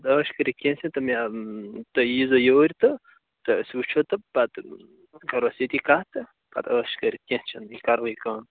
اَدٕ ٲش کٔرِتھ کیٚنٛہہ چھُ نہٕ مےٚ تُہۍ ییٖزیٚو یوٗرۍ تہٕ تہٕ أسۍ وُچھُو تہٕ پتہٕ کَرو أسۍ ییٚتی کَتھ تہٕ پتہٕ ٲش کٔرِتھ کیٚنٛہہ چھُ نہٕ یہِ کَرو یہِ کٲم